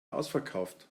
ausverkauft